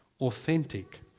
authentic